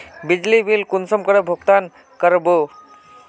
बिजली बिल कुंसम करे भुगतान कर बो?